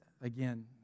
again